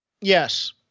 Yes